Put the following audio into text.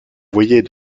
voyait